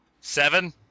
Seven